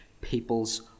people's